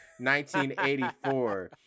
1984